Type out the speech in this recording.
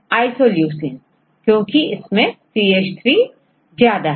Isoieucine क्योंकि इसमें CH3 ज्यादा है